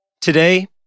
Today